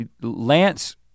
Lance